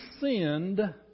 sinned